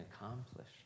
accomplished